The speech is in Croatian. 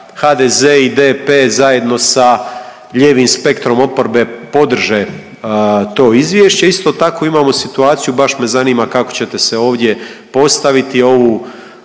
HDZ i DP zajedno sa lijevim spektrom oporbe podrže to izvješće. Isto tako imamo situaciju baš me zanima kako ćete se ovdje postaviti, ovu